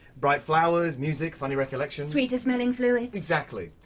bright flowers, music, funny recollections sweeter smelling fluids? exactly!